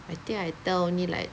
I think I tell only like